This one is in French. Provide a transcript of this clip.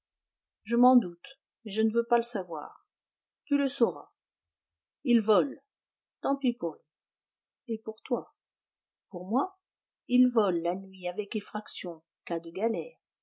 je m'en doute mais je ne veux pas le savoir tu le sauras il vole tant pis pour lui et pour toi pour moi il vole la nuit avec effraction cas de galères